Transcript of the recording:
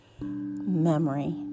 memory